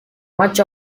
much